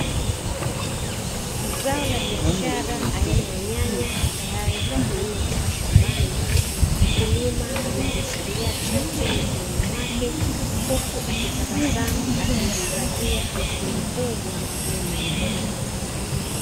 Zao la biashara aina ya nyanya tayari zimevunwa toka shambani. Mkulima amezishikilia chache mikononi mwake, huku akitabasamu akiufurahia msimu huu wa mavuno.